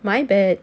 my bad